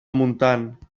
montant